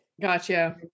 gotcha